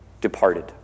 departed